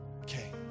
Okay